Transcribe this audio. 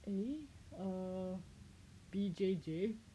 eh err B_J_J